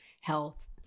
health